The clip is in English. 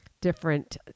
different